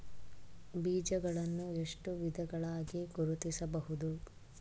ಬೀಜಗಳನ್ನು ಎಷ್ಟು ವಿಧಗಳಾಗಿ ಗುರುತಿಸಬಹುದು?